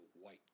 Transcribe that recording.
white